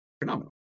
phenomenal